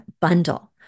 bundle